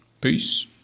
Peace